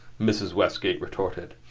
mrs. westgate retorted.